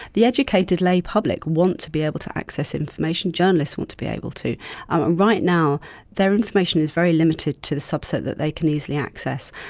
the educated lay public wants to be able to access information, journalists want to be able to, and right now their information is very limited to the subset that they can easily access.